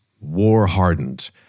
war-hardened